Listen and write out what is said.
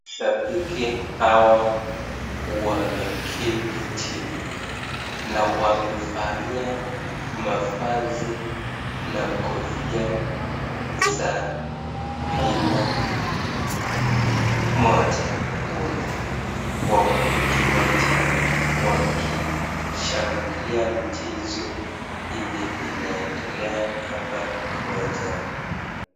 Shabiki hawa wameketi chini na wamevalia mavazi na kofia za aina moja wote. Wako kiwanjani wakishangilia mchezo yenye inaendelea hapa kiwanjani.